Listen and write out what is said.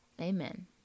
Amen